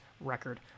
record